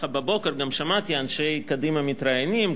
ובבוקר גם שמעתי אנשי קדימה מתראיינים,